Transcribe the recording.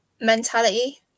Mentality